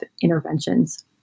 interventions